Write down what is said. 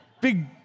big